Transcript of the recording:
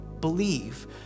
believe